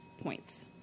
points